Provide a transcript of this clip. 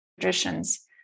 traditions